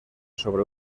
sobre